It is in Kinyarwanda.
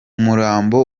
umurambo